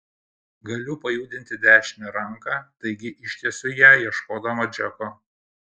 galiu pajudinti dešinę ranką taigi ištiesiu ją ieškodama džeko